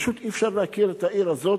פשוט אי-אפשר להכיר את העיר הזאת,